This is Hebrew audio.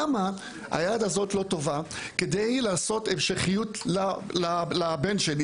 למה היד הזאת לא טובה כדי לעשות המשכיות לבן שלי?